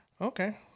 Okay